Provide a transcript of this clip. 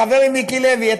חברי מיקי לוי,